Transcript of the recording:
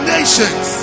Nations